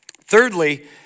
Thirdly